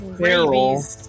rabies